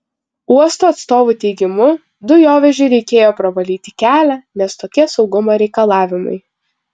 uosto atstovų teigimu dujovežiui reikėjo pravalyti kelią nes tokie saugumo reikalavimai